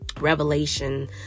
Revelation